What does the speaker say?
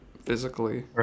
physically